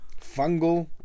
Fungal